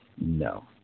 No